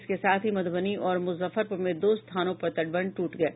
इसके साथ ही मधुबनी और मुजफ्फरपुर में दो स्थानों पर तटबंध ट्रट गये